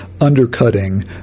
undercutting